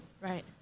right